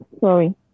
Sorry